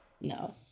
No